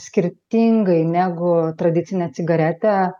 skirtingai negu tradicinė cigaretė